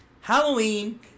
Halloween